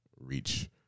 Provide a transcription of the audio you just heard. reach